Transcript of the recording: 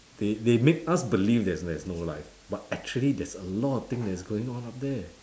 they they make us believe there is there is no life but actually there's a lot of thing that is going on up there